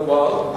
כלומר?